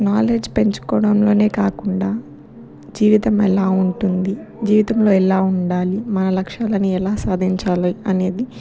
knowledge పెంచుకోవడంలోనే కాకుండా జీవితం ఎలా ఉంటుంది జీవితంలో ఎలా ఉండాలి మన లక్ష్యాలని ఎలా సాధించాలి అనేది